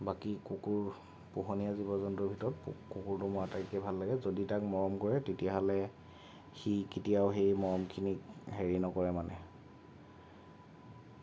বাকী কুকুৰ পোহনীয়া জীৱ জন্তুৰ ভিতৰত কুকুৰটো মোৰ আটাইতকৈ ভাল লাগে যদি তাক মৰম কৰে তেতিয়াহ'লে সি কেতিয়াও সেই মৰমখিনিক হেৰি নকৰে মানে